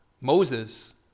Moses